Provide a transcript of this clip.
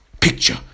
picture